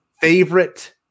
Favorite